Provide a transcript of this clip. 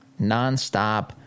nonstop